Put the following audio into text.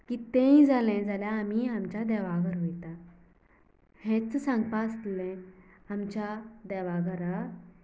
कितेंय जालें जाल्यारआमी आमचें देवाघरा म्हण वयतात हेंच सांगपा आसलें आमच्या देवाघरां